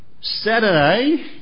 Saturday